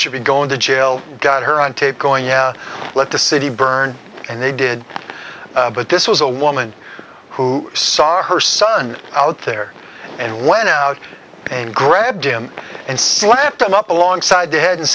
should be going to jail got her on tape going let the city burn and they did but this was a woman who saw her son out there and went out and grabbed him and slapped him up alongside the head and